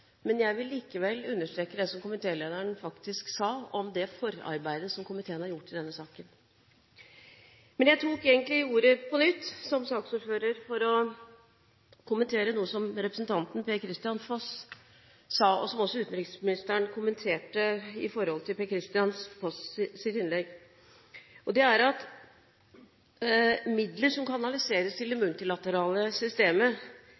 men jeg vil likevel understreke det som komitélederen sa om det forarbeidet som komiteen har gjort i denne saken. Jeg tok egentlig ordet på nytt som saksordfører for å kommentere noe som representanten Per-Kristian Foss sa, og som også utenriksministeren kommenterte i tilknytning til Per-Kristian Foss’ innlegg, og det er at midler som kanaliseres til det multilaterale systemet,